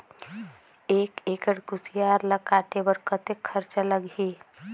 एक एकड़ कुसियार ल काटे बर कतेक खरचा लगही?